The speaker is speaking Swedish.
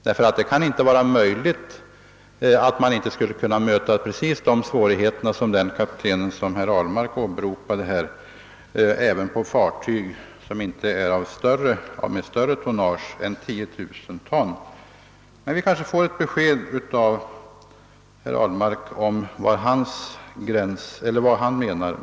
Det kan inte vara möjligt att man inte skulle kunna möta exakt samma svårigheter som dem herr Ahlmark talade om även på fartyg som inte har större tonnage än 10 000 ton. Men vi kanske får ett besked av herr Ahlmark om vad han menar med supertankers.